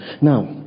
Now